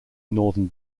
northern